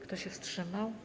Kto się wstrzymał?